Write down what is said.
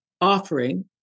offering